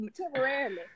temporarily